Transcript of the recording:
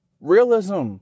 Realism